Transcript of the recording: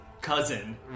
cousin